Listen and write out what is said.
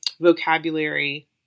vocabulary